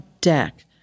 deck